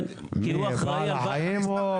כי הוא אחראי לבעל החיים.